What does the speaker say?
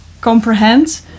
comprehend